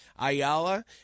Ayala